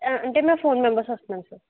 అంటే సార్ మా phone number వస్తున్నా సార్